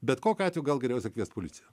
bet kokiu atveju gal geriausia kviest policiją